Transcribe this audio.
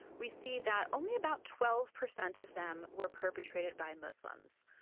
we see that only about twelve percent of them were perpetrated by muslims,